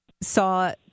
saw